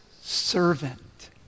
servant